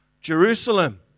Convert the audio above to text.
Jerusalem